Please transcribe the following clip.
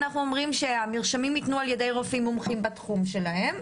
אנחנו אומרים שהמרשמים יינתנו על ידי רופאים מומחים בתחום שלהם,